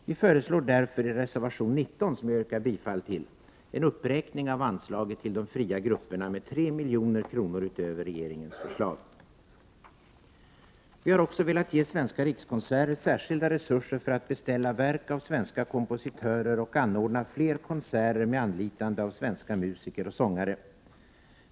Vi föreslår därför i reservation 19, som jag yrkar bifall till, en uppräkning av anslaget till de fria grupperna med 3 milj.kr. utöver regeringens förslag. Vi har också velat ge Svenska rikskonserter särskilda resurser för att beställa verk av svenska kompositörer och anordna fler konserter med anlitande av svenska musiker och sångare.